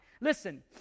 Listen